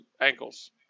ankles